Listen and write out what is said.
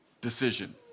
decision